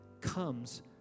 comes